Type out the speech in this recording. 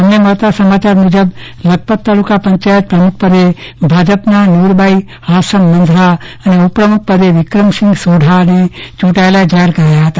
અમને મળતા સમાચાર મુજબ લખપત તાલુકા પંચાયત પ્રમુખપદે ભાજપના નુરબાઈ હાસમ મંધરા અને ઉપપ્રમુખપદે વિક્રમસિંહ સોઢાને ચૂંટાયેલા જાહેર કરાયા હતા